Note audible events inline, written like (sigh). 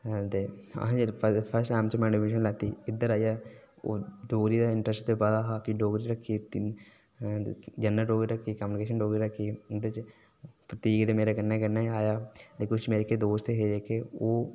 ते असें (unintelligible) च ऐडमिशन लैती इद्धर ओ ते केह् कि पता हा कि डोगरी रक्खी दी जि'नें चोगरी रक्खी दी ही कम्म कक्ख निं डोगरी रक्खी दी प्रदीप ते मेरे कन्नै कन्नै गै आया ते किश मेरे जेह्ते दोस्त हे जेह्के ओह्